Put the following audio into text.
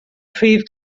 prif